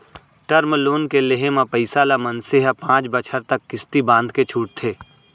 term loan के लेहे म पइसा ल मनसे ह पांच बछर तक किस्ती बंधाके छूटथे